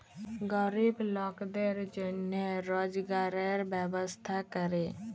গরিব লকদের জনহে রজগারের ব্যবস্থা ক্যরে